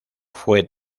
fue